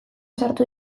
sartu